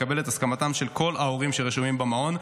לקבל את הסכמתם של כל ההורים שרשומים במעון,